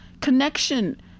connection